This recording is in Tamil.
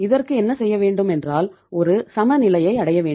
இதற்கு என்ன செய்ய வேண்டும் என்றால் ஒரு சமநிலையை அடைய வேண்டும்